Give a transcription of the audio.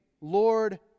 Lord